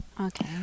Okay